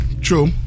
True